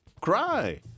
cry